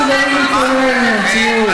מסוגלים להתמודד עם המציאות.